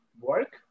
work